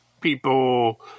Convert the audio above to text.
people